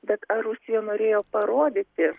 bet ar rusija norėjo parodyti